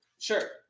Sure